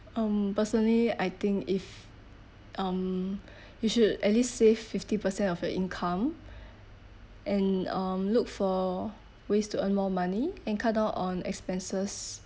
um personally I think if um you should at least save fifty percent of your income and um look for ways to earn more money and cut down on expenses